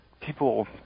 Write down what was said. people